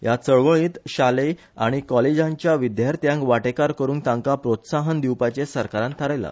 ह्या चळवळींत शालेय आनी कॉलेजांच्या विध्यार्थ्यांक वांटेकार करुन तांका प्रोत्साहन दिवपाचे सरकारान थारायला